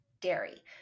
dairy